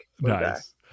Nice